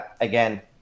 Again